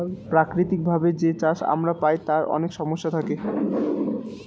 প্রাকৃতিক ভাবে যে চাষ আমরা পায় তার অনেক সমস্যা থাকে